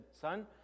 son